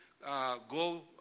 Go